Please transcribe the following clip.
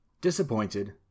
Disappointed